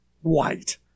White